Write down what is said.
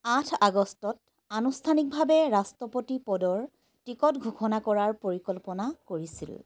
আঠ আগষ্টত আনুষ্ঠানিকভাৱে ৰাষ্ট্ৰপতি পদৰ টিকট ঘোষণা কৰাৰ পৰিকল্পনা কৰিছিল